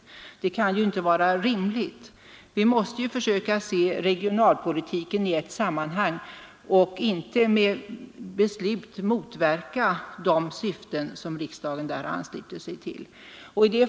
Det kan inte vara rimligt. Vi måste försöka se regionalpolitiken i ett sammanhang och inte med beslut motverka de syften som riksdagen där har anslutit sig till.